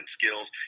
skills